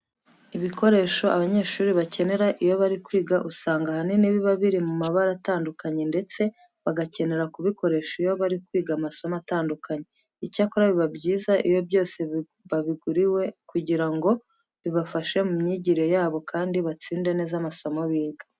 Ibikoresho abanyeshuri bakenera iyo bari kwiga usanga ahanini biba biri mu mabara atandukanye ndetse bagakenera kubikoresha iyo bari kwiga amasomo atandukanye. Icyakora biba byiza iyo byose babiguriwe kugira ngo bibafashe mu myigire yabo kandi batsinde neza amasomo biga.